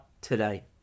today